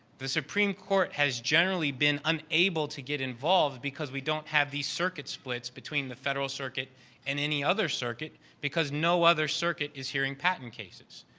the supreme court has generally been unable to get involved because we don't have the circuit splits between the federal circuit and any other circuit because no other circuit is hearing patent cases.